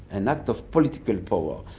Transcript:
an act of political power,